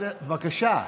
בבקשה,